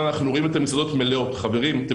רק יש